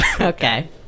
Okay